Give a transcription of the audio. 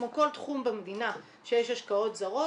כמו כל תחום במדינה שיש השקעות זרות